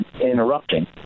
interrupting